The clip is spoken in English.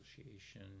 Association